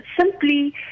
simply